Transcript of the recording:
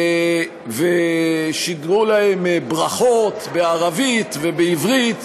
ושידרו להם ברכות בערבית ובעברית,